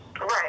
Right